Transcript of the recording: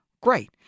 great